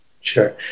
Sure